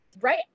right